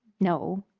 no.